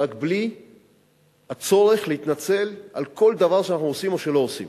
רק בלי הצורך להתנצל על כל דבר שאנחנו עושים או שלא עושים.